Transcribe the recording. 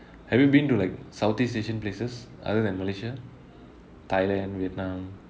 have you been to like southeast asian places other than malaysia thailand vietnam